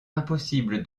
impossible